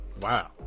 Wow